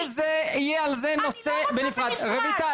אני לא רוצה בנפרד,